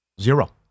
Zero